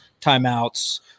timeouts